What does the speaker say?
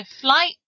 Flight